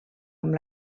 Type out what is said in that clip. amb